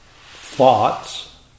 thoughts